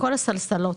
בכל הסלסלות.